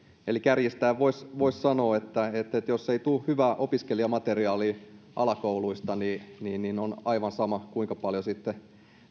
eli kärjistäen voisi voisi sanoa että että jos ei tule hyvää opiskelijamateriaalia alakouluista niin niin on aivan sama kuinka paljon sitten